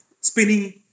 Spinning